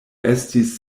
estis